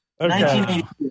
1982